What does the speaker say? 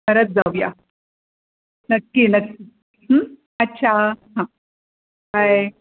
खरंच जाऊया नक्की नक्की अच्छा हां बाय